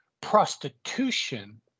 prostitution